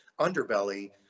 underbelly